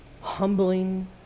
humbling